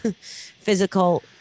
physical